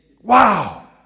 wow